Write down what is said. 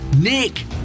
Nick